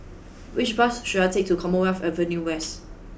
which bus should I take to Commonwealth Avenue West